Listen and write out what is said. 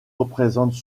représentent